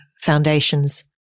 foundations